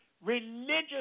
religious